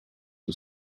was